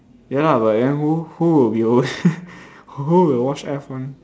ya lah but then who who will be over there who will watch F one